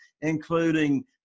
including